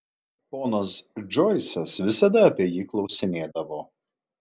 ponas džoisas visada apie jį klausinėdavo